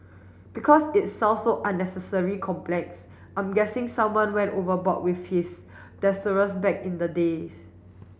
because it sounds so unnecessarily complex I'm guessing someone went overboard with his back in the day